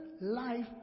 life